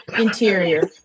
Interior